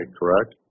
correct